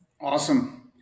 Awesome